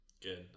Good